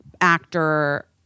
actor